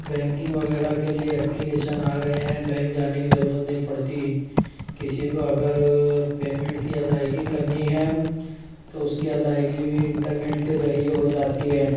baking وغیرہ کے لیے اپلیکیشن آ گئے ہیں بینک جانے کی ضرورت نہیں پڑتی کسی کو اگر پیمینٹ کی ادائیگی کرنی ہے تو اس کی ادائیگی بھی انٹرنیٹ کے ذریعہ ہو جاتی ہے